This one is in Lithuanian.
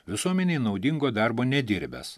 visuomenei naudingo darbo nedirbęs